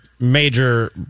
major